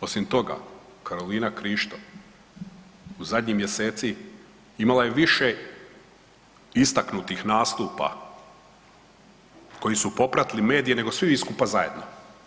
Osim toga, Karolina Krišto u zadnji mjeseci imala je više istaknutih nastupa koji su popratili mediji nego svi vi skupa zajedno.